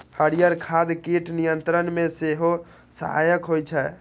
हरियर खाद कीट नियंत्रण मे सेहो सहायक होइ छै